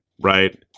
right